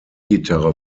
gitarre